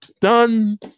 done